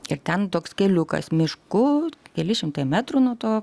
ir ten toks keliukas mišku keli šimtai metrų nuo to